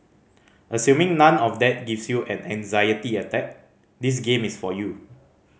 assuming none of that gives you an anxiety attack this game is for you